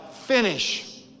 finish